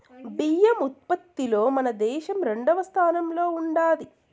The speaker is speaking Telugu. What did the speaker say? బియ్యం ఉత్పత్తిలో మన దేశం రెండవ స్థానంలో ఉండాది